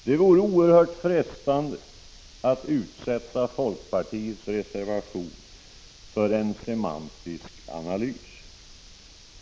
Det vore oerhört frestande att utsätta folkpartiets reservation för en semantisk analys.